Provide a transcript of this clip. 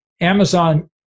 Amazon